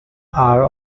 are